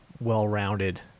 well-rounded